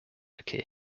occur